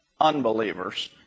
unbelievers